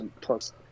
Plus